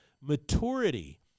maturity